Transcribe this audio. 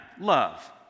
love